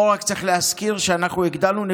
פה רק צריך להזכיר שאנחנו הגדלנו את